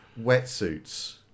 wetsuits